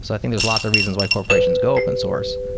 so i think there's lots of reasons why corporations go open source,